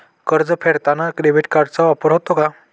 कर्ज फेडताना डेबिट कार्डचा वापर होतो का?